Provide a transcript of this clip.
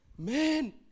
Man